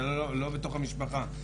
זה לא בתוך המשפחה.